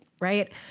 Right